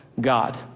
God